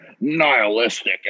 nihilistic